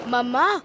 Mama